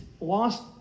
lost